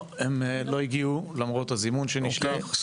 לא, הם לא הגיעו, למרות הזימון שנשלח.